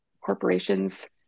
corporations